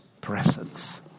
presence